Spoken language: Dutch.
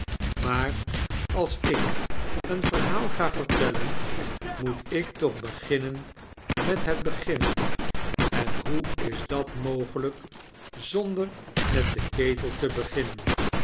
maar ate ik een verhaal ga vertellien moet ik toch beginnen met het begin en hoe is dat mogelijk zonder met den ketel te beginnen